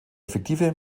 effektive